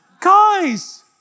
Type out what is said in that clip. Guys